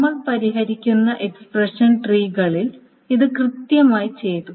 നമ്മൾ പരിഹരിക്കുന്ന എക്സ്പ്രഷൻ ട്രീകളിൽ ഇത് കൃത്യമായി ചെയ്തു